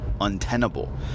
untenable